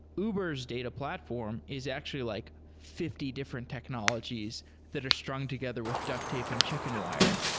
uber s data platform is actually like fifty different technologies that are strung together with duct tape and chicken wire.